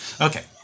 Okay